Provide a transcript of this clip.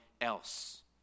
else